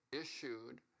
issued